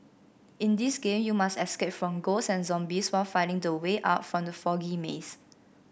in this game you must escape from ghosts and zombies while finding the way out from the foggy maze